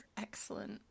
excellent